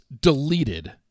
deleted